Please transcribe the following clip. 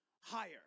higher